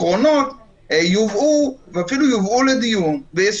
אז אולי אפשר למצוא איזה פתרון משפטי